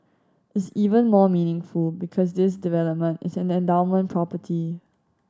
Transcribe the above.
is even more meaningful because this development is an endowment property